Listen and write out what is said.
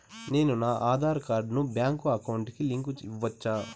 నేను నా ఆధార్ కార్డును బ్యాంకు అకౌంట్ కి లింకు ఇవ్వొచ్చా?